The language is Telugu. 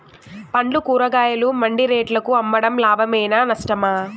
పండ్లు కూరగాయలు మండి రేట్లకు అమ్మడం లాభమేనా నష్టమా?